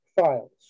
Files